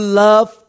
love